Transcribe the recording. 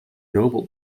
noble